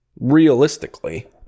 Realistically